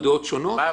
זו זכותי.